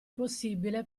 possibile